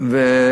לסיעודי,